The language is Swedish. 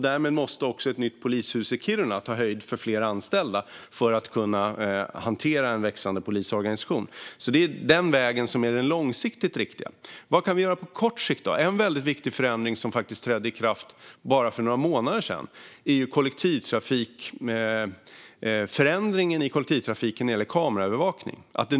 Därmed måste också ett nytt polishus i Kiruna ta höjd för fler anställda för att man ska kunna hantera en växande polisorganisation. Det är den vägen som är den långsiktigt riktiga. Vad kan vi då göra på kort sikt? En väldigt viktig förändring som faktiskt trädde i kraft för bara några månader sedan är förändringen i kollektivtrafiken när det gäller kameraövervakning.